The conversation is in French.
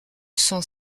cent